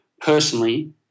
personally